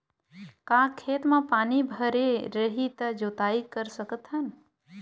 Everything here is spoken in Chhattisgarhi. का खेत म पानी भरे रही त जोताई कर सकत हन?